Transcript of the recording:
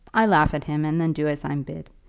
i laugh at him, and then do as i'm bid.